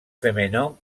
féminin